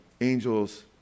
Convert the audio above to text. angels